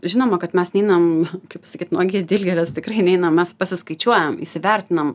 žinoma kad mes neinam kaip pasakyt nuogi į dilgėles tikrai neinam mes pasiskaičiuojam įsivertinam